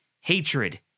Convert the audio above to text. hatred